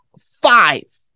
five